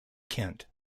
kent